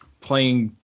playing